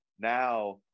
now